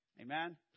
Amen